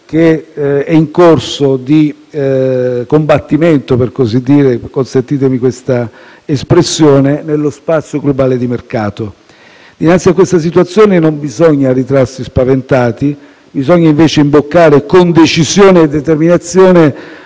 che è in corso di combattimento, consentitemi questa espressione, nello spazio globale di mercato. Dinanzi a questa situazione non bisogna ritrarsi spaventati, bisogna invece imboccare con decisione e determinazione